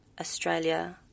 Australia